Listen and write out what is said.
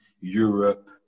Europe